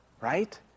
right